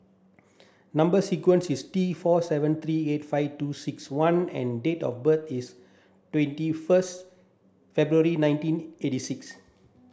number sequence is T four seven three eight five two six one and date of birth is twenty first February nineteen eighty six